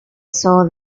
soul